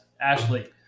Ashley